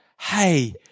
Hey